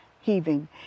heaving